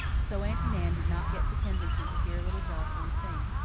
so aunty nan did not get to kensington to hear little joscelyn sing.